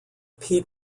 pete